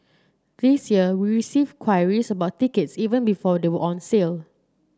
this year we received queries about tickets even before they were on sale